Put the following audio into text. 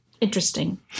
Interesting